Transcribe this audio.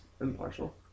impartial